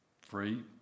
Free